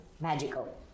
Magical